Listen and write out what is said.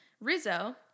Rizzo